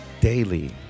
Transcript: daily